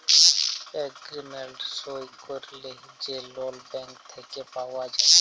agreement সই ক্যইরে যে লল ব্যাংক থ্যাইকে পাউয়া যায়